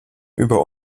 über